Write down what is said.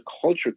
culture